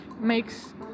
makes